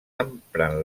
empren